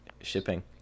shipping